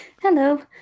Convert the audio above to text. hello